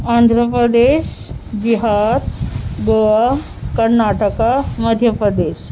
Andhra Pradesh Bihar Goa Karnataka Madhya Pradesh